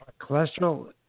Cholesterol